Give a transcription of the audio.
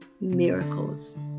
miracles